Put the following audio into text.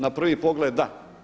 Na prvi pogled da.